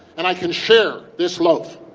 and i can share this loaf.